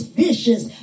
vicious